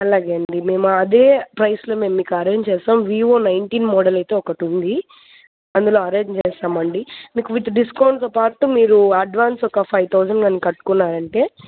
అలాగే అండి మేము అదే ప్రైస్లో మేము మీకు అరేంజ్ చేస్తాం వివో నైన్టీన్ మోడల్ అయితే ఒకటి ఉంది అందులో అరేంజ్ చేస్తామండి మీకు విత్ డిస్కౌంట్తో పాటు మీరు అడ్వాన్స్ ఒక ఫైవ్ థౌజండ్ కానీ కట్టుకున్నారంటే